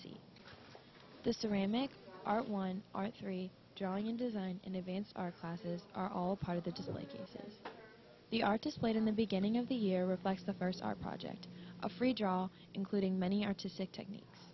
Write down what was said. see the ceramic art one archery drawing and design in advance our classes are all part of the display cases the artist played in the beginning of the year reflects the first art project a free draw including many artistic techniques